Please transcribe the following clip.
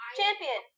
champion